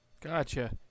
Gotcha